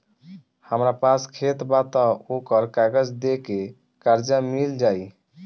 हमरा पास खेत बा त ओकर कागज दे के कर्जा मिल जाई?